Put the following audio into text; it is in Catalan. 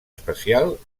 espacial